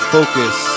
Focus